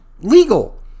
legal